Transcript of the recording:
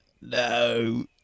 no